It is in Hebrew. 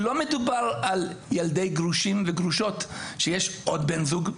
לא מדובר על ילדי גרושים וגרושות שיש עוד בן זוג.